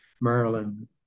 Maryland